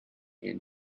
and